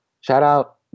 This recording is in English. Shout-out